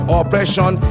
oppression